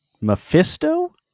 Mephisto